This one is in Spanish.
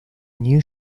new